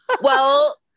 well-